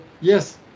yes